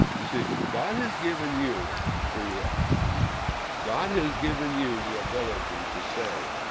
you, see god has given you free, well god has given you the ability to say